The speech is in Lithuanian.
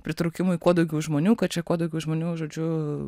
pritraukimui kuo daugiau žmonių kad čia kuo daugiau žmonių žodžiu